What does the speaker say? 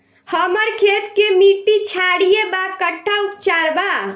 हमर खेत के मिट्टी क्षारीय बा कट्ठा उपचार बा?